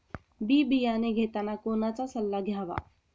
बी बियाणे घेताना कोणाचा सल्ला घ्यावा?